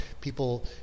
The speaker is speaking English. people